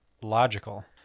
logical